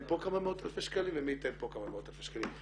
פה כמה מאות אלפי שקלים ומי ייתן פה כמה מאות אלפי שקלים.